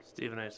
Stephen